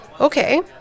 Okay